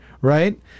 right